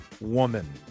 woman